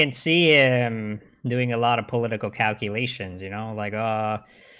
and cn doing a lot of political calculations you know like ah